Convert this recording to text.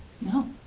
No